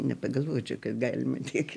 nepagalvočiau kad galima tiek